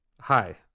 Hi